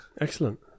Excellent